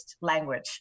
language